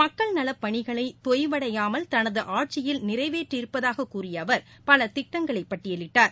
மக்கள் நலப்பணிகளைதொய்வடையாமல் தனதுஆட்சியில் நிறைவேற்றிருப்பதாககூறியஅவர் பலதிட்டங்களைபட்டியலிட்டார்